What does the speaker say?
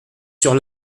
sur